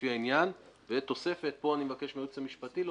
לפי העניין." וכאן אני מבקשת מהיועצת המשפטית להוסיף: